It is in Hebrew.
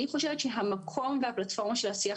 אני חושבת שהמקום והפלטפורמה של השיח